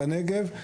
בנגב.